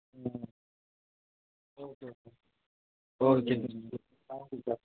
ம் okay okay okay sir okay thank you sir